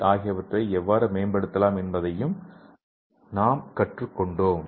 ஐ ஆகியவற்றை எவ்வாறு மேம்படுத்தலாம் என்பதையும் நாம் கற்றுக்கொண்டோம்